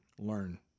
learn